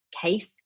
case